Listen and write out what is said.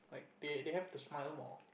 they they have to smile more